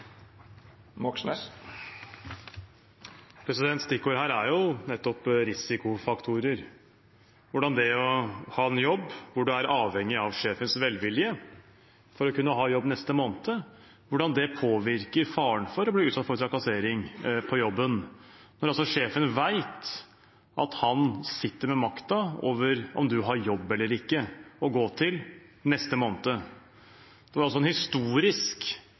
her er jo nettopp risikofaktorer – hvordan det å ha en jobb hvor en er avhengig av sjefens velvilje for å kunne ha jobb neste måned, påvirker faren for å bli utsatt for trakassering på jobben, når sjefen vet at han sitter med makten over om en neste måned har jobb å gå til eller ikke. Det var en historisk